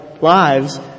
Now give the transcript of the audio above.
lives